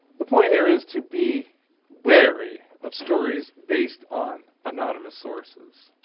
the point here is to be wary of stories based on anonymous sources.